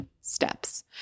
steps